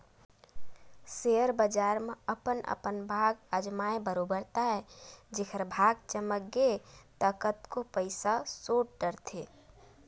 share बजार म अपन अपन भाग अजमाय बरोबर ताय जेखर भाग चमक गे ता कतको पइसा सोट डरथे